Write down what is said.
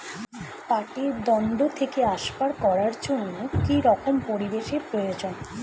পাটের দণ্ড থেকে আসবাব করার জন্য কি রকম পরিবেশ এর প্রয়োজন?